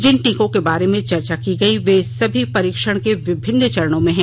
जिन टीकों के बारे में चर्चा की गई वे सभी परीक्षण के विभिन्न चरणों में हैं